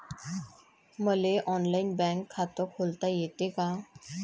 मले online bank खात खोलता येते का?